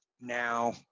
now